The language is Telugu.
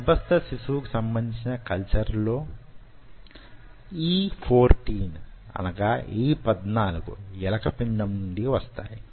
గర్భస్థ శిశువుకు సంబంధించిన కల్చర్ లో E14 ఎలుక పిండం నుండి వస్తాయి